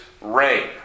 rain